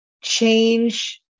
change